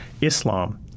Islam